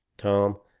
tom,